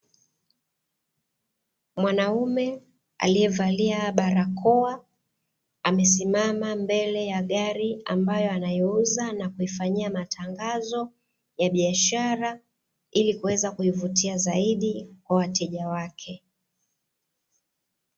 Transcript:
Mwanaume aliyevaliya barakoa, amesimama mbele ya gari ambayo anaiuza na kuifanyia matangazo ya biashara, ili kuweza kuivutia zaidi kwa wateja wake.